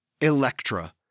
Electra